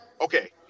Okay